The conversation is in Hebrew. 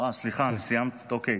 סליחה, אני סיימתי, אוקיי.